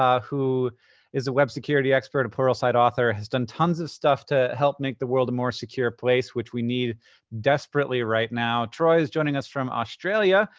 ah who is a web security expert and pluralsight author. he's done tons of stuff to help make the world a more secure place, which we need desperately right now. troy is joining us from australia,